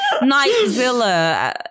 Nightzilla